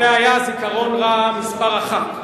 זה היה זיכרון רע מספר אחת.